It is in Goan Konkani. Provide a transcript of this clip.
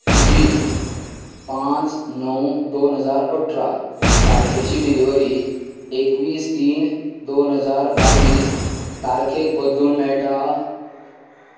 म्हजी पांच णव दोन हजार अठरा तारखेची डिलिव्हरी एकवीस तीन दोन हजार बाव्वीस तारखेक बदलून मेळटा